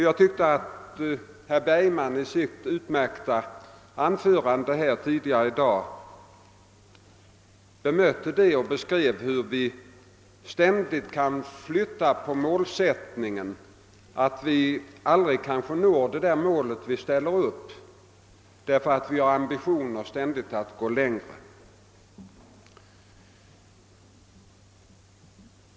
Jag tyckte att herr Bergman i sitt utmärkta anförande tidigare i dag vederlade herr Mundebos påståenden och klargjorde att vi aldrig når det mål vi ställer upp, därför att vi ständigt flyttar fram målsättningen på grund av våra ambitioner att gå längre.